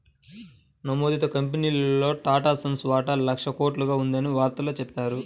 నమోదిత కంపెనీల్లో టాటాసన్స్ వాటా లక్షల కోట్లుగా ఉందని వార్తల్లో చెప్పారు